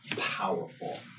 powerful